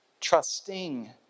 trusting